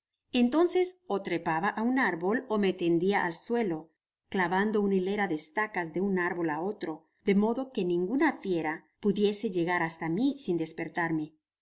entonces ó trepaba á un árbol ó me tendia al suelo clavando una hilera de estacas de un árbol á otro de modo que ninguna fiera pudiese llegar hasta mi sin despertarme